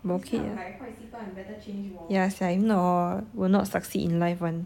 but okay yeah sia if not hor will not succeed in life [one]